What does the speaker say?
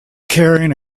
carrying